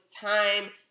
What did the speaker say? time